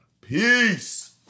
Peace